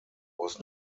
was